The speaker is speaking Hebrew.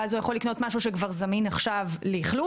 ואז הוא יכול לקנות משהו שכבר זמין עכשיו לאכלוס